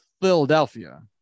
Philadelphia